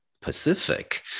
Pacific